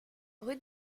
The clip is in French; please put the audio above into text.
rue